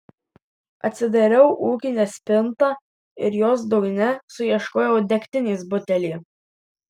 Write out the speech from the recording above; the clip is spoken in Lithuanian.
atsidariau ūkinę spintą ir jos dugne suieškojau degtinės butelį